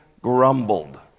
grumbled